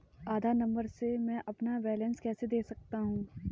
आधार number से मैं अपना बैलेंस कैसे देख सकता हूँ?